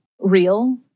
real